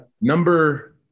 Number